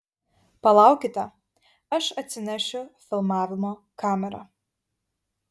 palaukite aš atsinešiu filmavimo kamerą